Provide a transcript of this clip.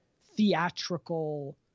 theatrical